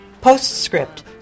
Postscript